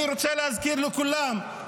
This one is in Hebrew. אני רוצה להזכיר לכולם,